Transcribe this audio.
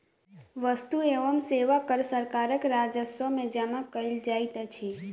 वस्तु एवं सेवा कर सरकारक राजस्व में जमा कयल जाइत अछि